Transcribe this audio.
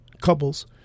couples